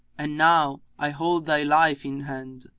and now i hold thy life in hand.